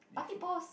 party pause